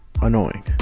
annoying